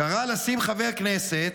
קרא לשים חבר כנסת,